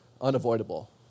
unavoidable